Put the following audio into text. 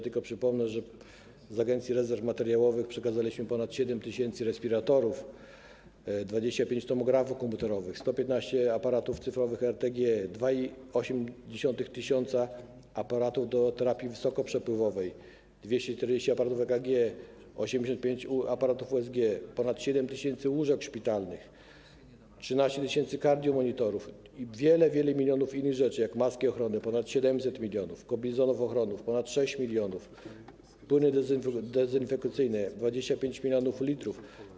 Tylko przypomnę, że z Agencji Rezerw Materiałowych przekazaliśmy ponad 7 tys. respiratorów, 25 tomografów komputerowych, 115 aparatów cyfrowych RTG, 2,8 tys. aparatów do terapii wysokoprzepływowej, 240 aparatów EKG, 85 aparatów USG, ponad 7 tys. łóżek szpitalnych, 13 tys. kardiomonitorów i wiele, wiele milionów innych rzeczy, takich jak maski ochronne - ponad 700 mln, kombinezony ochronne - ponad 6 mln, płyny dezynfekcyjne - 25 mln l.